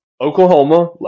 Oklahoma